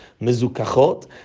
mezukachot